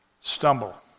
stumble